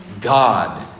God